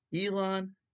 Elon